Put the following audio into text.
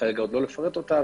לא לפרט אותם.